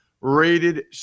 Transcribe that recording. rated